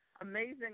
amazing